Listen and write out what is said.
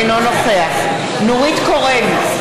אינו נוכח נורית קורן,